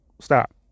Stop